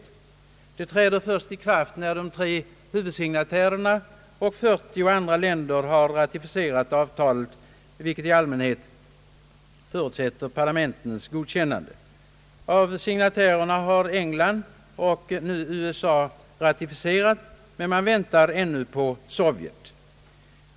Avtalet träder i kraft först när de tre huvudsignatärerna och 40 andra länder har ratificerat det, vilket i allmänhet förutsätter parlamentens godkännande. Av signatärerna har England och nu USA ratificerat, men man väntar ännu på Sovjet.